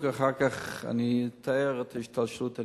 ואחר כך אתאר את השתלשלות העניינים.